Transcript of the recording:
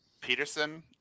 Peterson